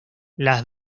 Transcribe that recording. las